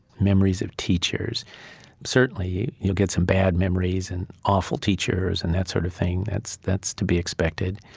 memories of teachers certainly, you'll get some bad memories and awful teachers and that sort of thing. that's that's to be expected.